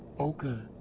ok.